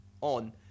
on